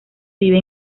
vive